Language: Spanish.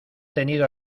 tenido